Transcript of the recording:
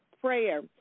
prayer